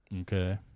Okay